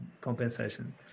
compensation